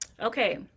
okay